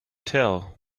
tell